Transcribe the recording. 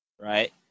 Right